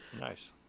Nice